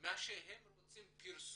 מה שהם רוצים פרסום,